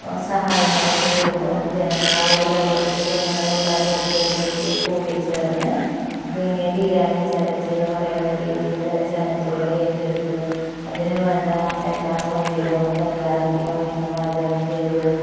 സഹായങ്ങളൊക്കെ വരുമ്പോൾ ജനങ്ങളാ ഒരു പ്രദേശത്തെ ജനങ്ങളെല്ലാരും ഒത്തൊരുമിച്ച് കൂടി ചേർന്ന് പിന്നെ ബിരിയാണി ചലഞ്ചെന്ന് പറയുന്ന രീതീൽ പല ചലഞ്ച്കളേറ്റെടുത്ത് അതിന് വേണ്ട എല്ലാ സൗകര്യങ്ങളും തയ്യാറാക്കി ഭക്ഷണം പാചകം ചെയ്ത്